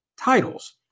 titles